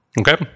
Okay